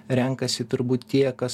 renkasi turbūt tie kas